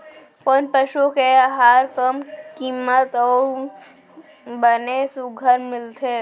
कोन पसु के आहार कम किम्मत म अऊ बने सुघ्घर मिलथे?